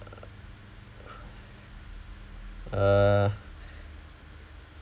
uh